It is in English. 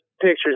pictures